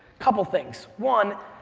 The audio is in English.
couple things, one,